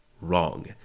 Wrong